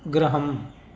गृहम्